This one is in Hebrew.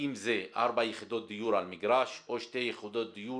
האם זה ארבע יחידות דיור על מגרש או שתי יחידות דיור.